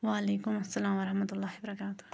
وعلیکُم السلام ورحمتہ اللہ وبَرَکاتہ